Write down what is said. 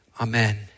Amen